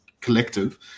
collective